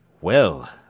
Well